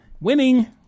Winning